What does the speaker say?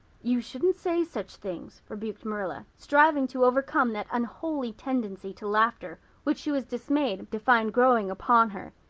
you shouldn't say such things rebuked marilla, striving to overcome that unholy tendency to laughter which she was dismayed to find growing upon her.